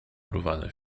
urwane